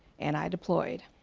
and i deployed.